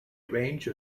range